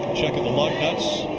check the lug nuts.